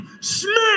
Smith